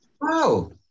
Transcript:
Wow